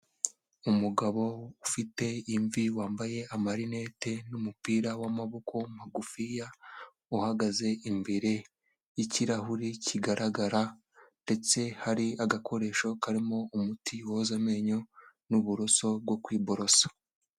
Umugabo ufite imvi wambaye amarinete n'umupira w'amaboko magufiya, uhagaze imbere y'ikirahure kigaragara ndetse hari agakoresho karimo umuti woza amenyo n'uburoso bwo kwiborosa.